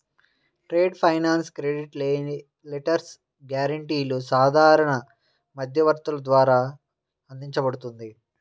trade finance credit letters, గ్యారెంటీలు సాధారణ మధ్యవర్తుల ద్వారా అందించబడుతుంది